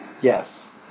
Yes